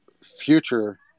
future